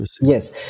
yes